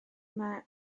yma